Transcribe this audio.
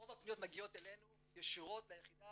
רוב הפניות מגיעות אלינו ישירות ליחידה